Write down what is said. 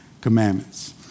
commandments